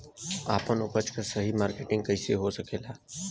आपन उपज क सही मार्केटिंग कइसे हो सकेला?